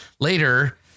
later